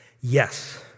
yes